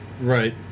Right